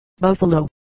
Buffalo